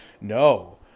no